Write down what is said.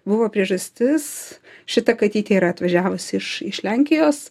buvo priežastis šita katytė yra atvažiavusi iš iš lenkijos